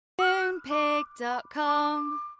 Moonpig.com